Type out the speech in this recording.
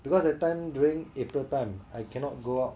because that time during april time I cannot go out